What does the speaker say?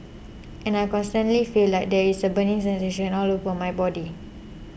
and I constantly feel like there's this burning sensation all over my body